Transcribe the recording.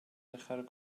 dechrau